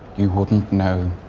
you wouldn't know